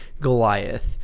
Goliath